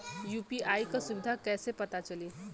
UPI क सुविधा कैसे पता चली?